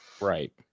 right